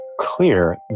clear